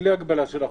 בלי הגבלה של אחוזים.